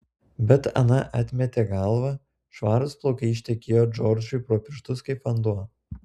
bet ana atmetė galvą švarūs plaukai ištekėjo džordžui pro pirštus kaip vanduo